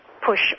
push